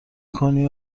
کنی